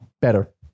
better